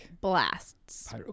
blasts